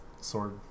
sword